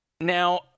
Now